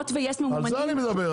הוט ויס ממומנים --- על זה אני מדבר.